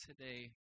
today